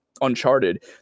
uncharted